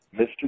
Mr